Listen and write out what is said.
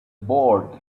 board